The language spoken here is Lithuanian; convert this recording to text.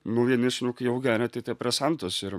nu vieni šuniukai jau geria antidepresantus ir